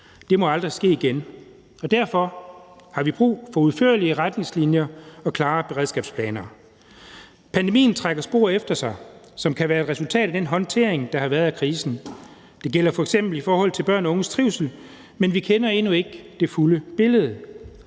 Det må aldrig ske igen, og derfor har vi brug for udførlige retningslinier og klare beredskabsplaner. Pandemien trækker spor efter sig, som kan være et resultat af den håndtering, der har været af krisen. Det gælder f.eks. i forhold til børn og unges trivsel, men vi kender endnu ikke det fulde billede.